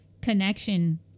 connection